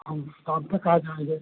हम शाम तक आ जाएँगे